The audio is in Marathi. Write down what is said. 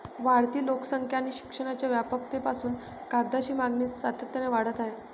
वाढती लोकसंख्या आणि शिक्षणाच्या व्यापकतेपासून कागदाची मागणी सातत्याने वाढत आहे